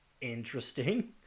interesting